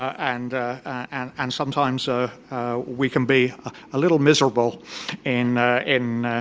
and and and sometimes ah we can be a little miserable in in